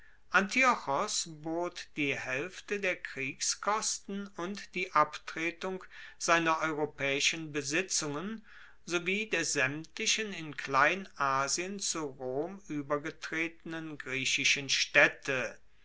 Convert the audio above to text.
bot die haelfte der kriegskosten und die abtretung seiner europaeischen besitzungen sowie der saemtlichen in kleinasien zu rom uebergetretenen griechischen staedte